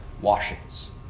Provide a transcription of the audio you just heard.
washings